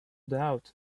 doubt